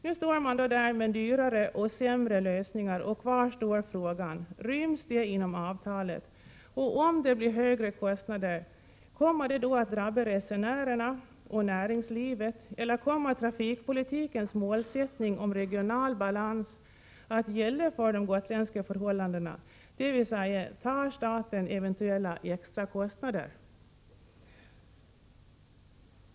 Nu står man där med dyrare och sämre lösningar, och frågan är: Ryms detta inom avtalet? Om det blir högre kostnader, kommer det då att drabba resenärerna och näringslivet? Eller kommer trafikpolitikens målsättning om regional balans att gälla för de gotländska förhållandena, dvs. tar staten eventuella extra kostnader?